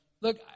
Look